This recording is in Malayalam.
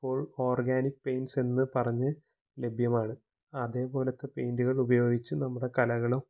ഇപ്പോള് ഓര്ഗാനിക് പെയ്ന്റ്സെന്ന് പറഞ്ഞ് ലഭ്യമാണ് അതെപോലത്തെ പെയ്ന്റുകളുപയോഗിച്ച് നമ്മുടെ കലകളും